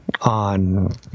on